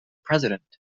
president